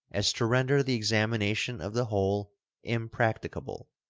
as to render the examination of the whole impracticable,